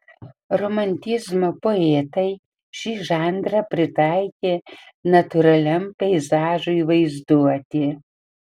romantizmo poetai šį žanrą pritaikė natūraliam peizažui vaizduoti